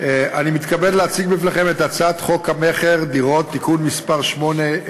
אני מתכבד להציג בפניכם את הצעת חוק המכר (דירות) (תיקון מס' 8),